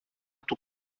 του